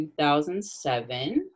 2007